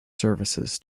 services